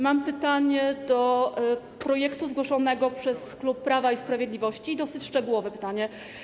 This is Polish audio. Mam pytanie odnośnie do projektu zgłoszonego przez klub Prawa i Sprawiedliwości, dosyć szczegółowe pytanie: